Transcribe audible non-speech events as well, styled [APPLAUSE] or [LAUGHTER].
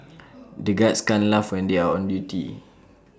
[NOISE] the guards can't laugh when they are on duty